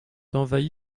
envahi